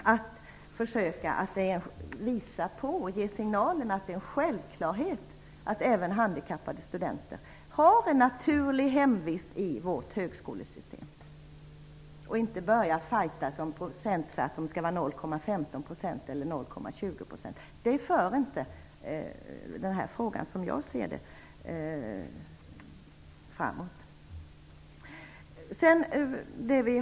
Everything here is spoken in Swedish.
Vi skall försöka ge signalen att det är en självklarhet att även handikappade studenter har en naturlig hemvist i vårt högskolesystem och inte börja fightas om procentsatsen skall vara 0,15 % eller 0,20 %. Det för inte som jag ser det frågan framåt.